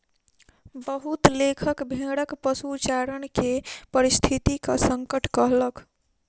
बहुत लेखक भेड़क पशुचारण के पारिस्थितिक संकट कहलक